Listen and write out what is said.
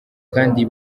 kandi